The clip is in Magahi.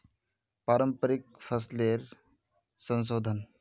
पारंपरिक फसलेर संशोधन